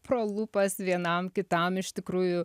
pro lūpas vienam kitam iš tikrųjų